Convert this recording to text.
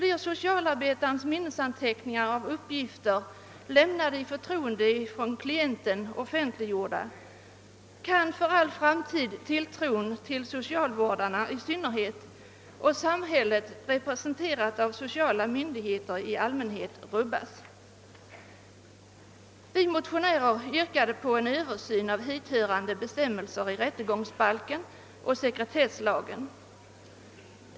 Om socialarbetares minnesanteckningar av uppgifter, som klienter lämnat i förtroende, blir offentliggjorda, kan tilltron till socialvårdare i synnerhet och samhället, representerat av sociala myndigheter, för all framtid rubbas. Vi motionärer yrkade på en översyn av hithörande bestämmelser i rättegångsbalken och sekretesslagen.